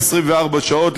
24 שעות,